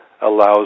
allows